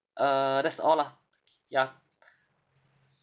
uh that's all lah ya